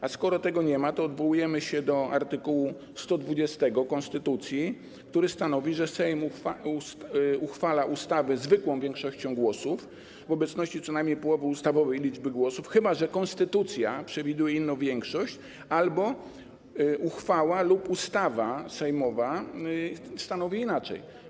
A skoro tego nie ma, to odwołujemy się do art. 120 konstytucji, który stanowi, że Sejm uchwala ustawy zwykłą większością głosów w obecności co najmniej połowy ustawowej liczby posłów, chyba że konstytucja przewiduje inną większość albo uchwała lub ustawa sejmowa stanowi inaczej.